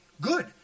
good